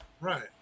Right